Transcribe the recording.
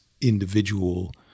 individual